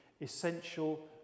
essential